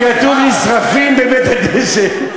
כתוב: נשרפים בבית-הדשן.